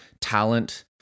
talent